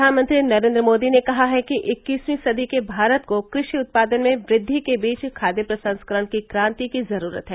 प्रधानमंत्री नरेंद्र मोदी ने कहा है कि इक्कीसवीं सदी के भारत को कृषि उत्पादन में वृद्वि के बीच खाद्य प्रसंस्करण क्रांति की जरूरत है